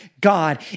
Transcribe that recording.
God